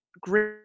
great